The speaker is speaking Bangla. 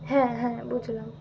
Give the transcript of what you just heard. হ্যাঁ হ্যাঁ বুঝলাম